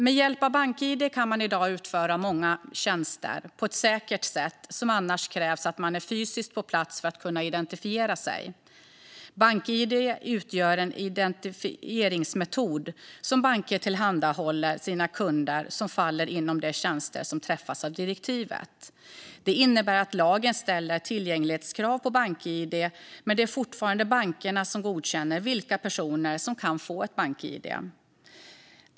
Med hjälp av bank-id kan man i dag utföra många tjänster på ett säkert sätt, tjänster som annars skulle kräva att man är fysiskt på plats för att kunna identifiera sig. Bank-id utgör en identifieringsmetod som banker tillhandahåller sina kunder och som faller inom de tjänster som träffas av direktivet. Det innebär att lagen ställer tillgänglighetskrav på bank-id, men det är fortfarande bankerna som godkänner vilka personer som kan få bank-id.